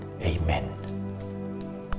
Amen